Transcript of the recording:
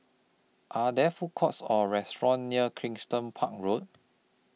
Are There Food Courts Or restaurants near Kensington Park Road